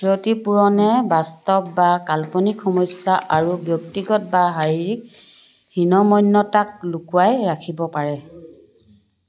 ক্ষতিপূৰণে বাস্তৱ বা কাল্পনিক সমস্যা আৰু ব্যক্তিগত বা শাৰীৰিক হীনমান্যতাক লুকুৱাই ৰাখিব পাৰে